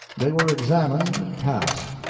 they were examined and passed.